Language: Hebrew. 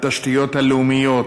התשתיות הלאומיות,